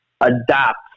adapt